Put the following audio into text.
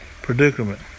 predicament